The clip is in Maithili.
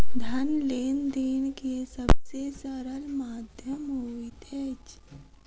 धन लेन देन के सब से सरल माध्यम होइत अछि